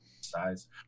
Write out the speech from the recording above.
size